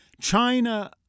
China